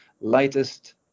lightest